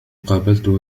قابلت